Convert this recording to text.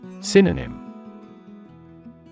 Synonym